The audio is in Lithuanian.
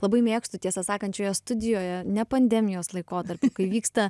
labai mėgstu tiesą sakant šioje studijoje ne pandemijos laikotarpiu kai vyksta